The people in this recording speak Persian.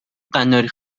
قناری